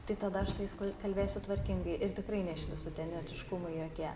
tai tada aš su jais kalbėsiu tvarkingai ir tikrai neišlįs utenietiškumai jokie